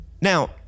Now